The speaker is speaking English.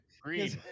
Green